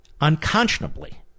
unconscionably